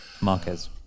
Marquez